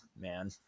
man